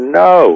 no